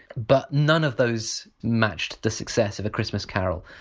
but none of those matched the success of a christmas carol.